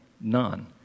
None